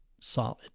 solid